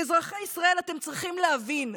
אזרחי ישראל, אתם צריכים להבין,